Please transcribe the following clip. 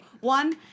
one